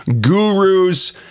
gurus